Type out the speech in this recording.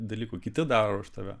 dalykų kiti daro už tave